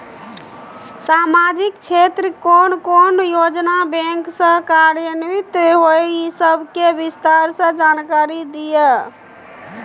सामाजिक क्षेत्र के कोन कोन योजना बैंक स कार्यान्वित होय इ सब के विस्तार स जानकारी दिय?